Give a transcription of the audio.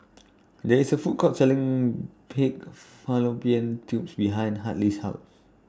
There IS A Food Court Selling Pig Fallopian Tubes behind Hartley's House